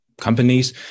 companies